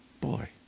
boy